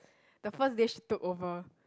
the first day she took over